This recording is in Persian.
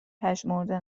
پژمرده